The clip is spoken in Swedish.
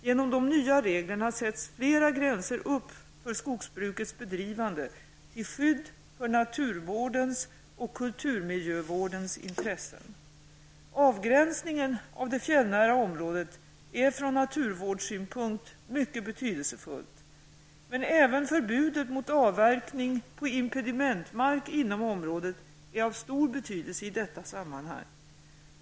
Genom de nya reglerna sätts flera gränser upp för skogsbrukets bedrivande till skydd för naturvårdens och kulturmiljövårdens intressen. Avgränsningen av det fjällnära området är från naturvårdsynpunkt mycket betydelsefull. Men även förbudet mot avverkning på impedimentmark inom området är av stor betydelse i detta sammanhang.